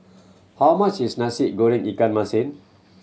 how much is Nasi Goreng ikan masin